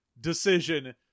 decision